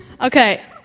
Okay